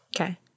Okay